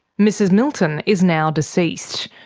mrs milton is now deceased.